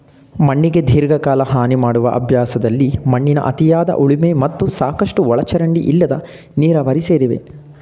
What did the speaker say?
ಮಣ್ಣಿಗೆ ದೀರ್ಘಕಾಲ ಹಾನಿಮಾಡುವ ಅಭ್ಯಾಸದಲ್ಲಿ ಮಣ್ಣಿನ ಅತಿಯಾದ ಉಳುಮೆ ಮತ್ತು ಸಾಕಷ್ಟು ಒಳಚರಂಡಿ ಇಲ್ಲದ ನೀರಾವರಿ ಸೇರಿವೆ